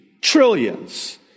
trillions